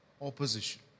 opposition